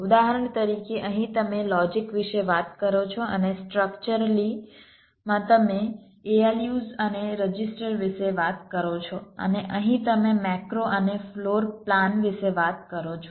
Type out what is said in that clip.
ઉદાહરણ તરીકે અહીં તમે લોજીક વિશે વાત કરો છો અને સ્ટ્રક્ચરલી માં તમે ALUs અને રજિસ્ટર વિશે વાત કરો છો અને અહીં તમે મેક્રો અને ફ્લોર પ્લાન વિશે વાત કરો છો